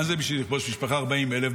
מה זה בשביל לכבוש משפחה, 40,000?